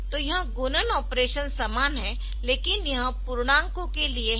तो यह गुणन ऑपरेशन समान है लेकिन यह पूर्णांकों के लिए है